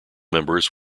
members